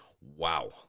Wow